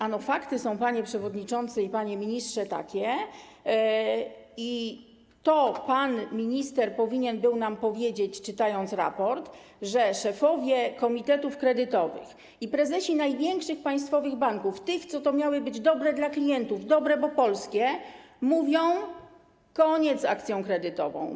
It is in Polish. Ano fakty są, panie przewodniczący i panie ministrze, takie - i to pan minister powinien nam powiedzieć, czytając raport - że szefowie komitetów kredytowych i prezesi największych państwowych banków, tych, które miały być dobre dla klientów, dobre, bo polskie, mówią: koniec z akcją kredytową.